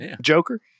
Joker